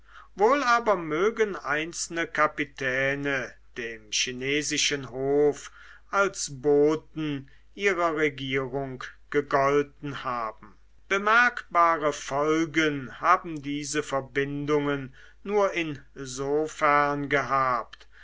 wohl aber mögen einzelne kapitäne dem chinesischen hof als boten ihrer regierung gegolten haben bemerkbare folgen haben diese verbindungen nur insofern gehabt